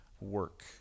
work